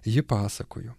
ji pasakojo